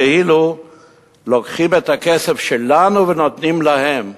כאילו לוקחים את הכסף שלנו ונותנים להם,